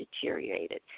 deteriorated